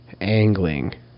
angling